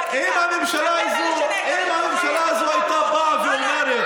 אם הממשלה הזאת הייתה באה ואומרת